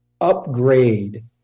upgrade